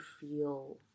feel